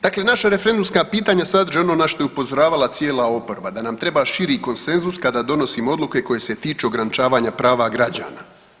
Dakle naša Referendumska pitanja sadrže ono na što je upozoravala cijela oporba, da nam treba širi konsenzus kada donosimo odluke koje se tiču ograničavanja prava građana.